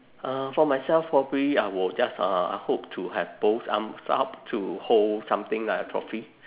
uh for myself probably I will just uh I hope to have both arms up to hold something like a trophy